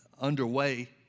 underway